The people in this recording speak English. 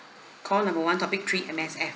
call number one topic three M_S_F